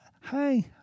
hi